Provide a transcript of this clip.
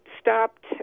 stopped